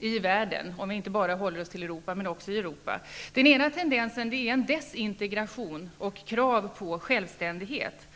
i världen -- om vi nu inte bara håller oss till Europa -- men också i Europa. Den ena tendensen är desintegration och krav på självständighet.